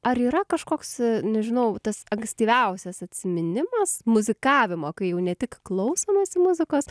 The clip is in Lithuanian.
ar yra kažkoks nežinau tas ankstyviausias atsiminimas muzikavimo kai jau ne tik klausomasi muzikos